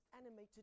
animated